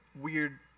weird